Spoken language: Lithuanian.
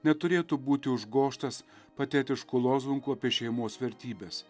neturėtų būti užgožtas patetiškų lozungų apie šeimos vertybes